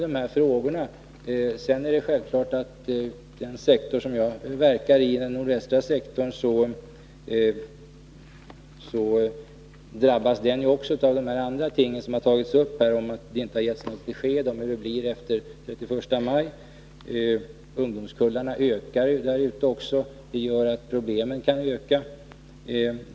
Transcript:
Det är självklart att den sektor som jag verkar i — den nordvästra — också drabbas av att det inte givits något besked om hur det blir efter den 31 maj. Ungdomskullarna ökar ju där också, vilket gör att problemen kan öka.